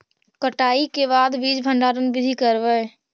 कटाई के बाद बीज भंडारन बीधी करबय?